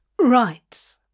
Right